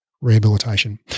Rehabilitation